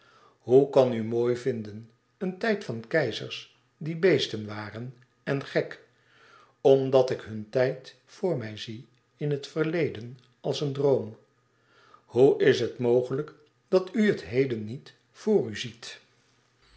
hoe kan u mooi vinden een tijd van keizers die beesten waren en gek omdat ik hun tijd vr mij zie in het verleden als droom hoe is het mogelijk dat u het heden niet voor u ziet